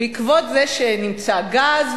בעקבות זה שנמצא גז,